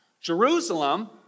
Jerusalem